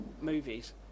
movies